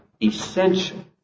essential